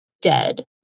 dead